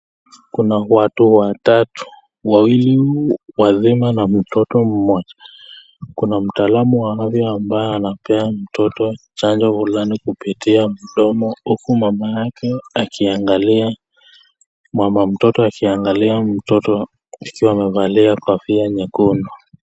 Kuna watu watatu. Wawili wazima na mtoto mmoja. Kuna mtaalamu wa hali ambaye anampea mtoto chanjo fulani kupitia mdomo huku mama yake akiangalia, mama mtoto akiangalia mtoto akiwa amevalia kofia nyekundu.